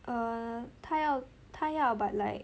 err 她要她要 but like